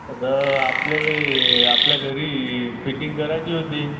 आता आपल्याला आपल्या घरी फिटिंग करायची होती